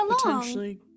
potentially